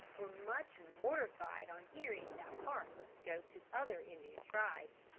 were much mortified on hearing that part was to go to other indian tribes.